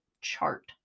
chart